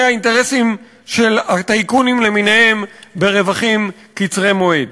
האינטרסים של הטייקונים למיניהם ברווחים קצרי-מועד.